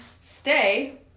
stay